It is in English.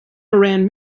moran